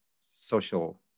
social